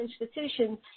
institutions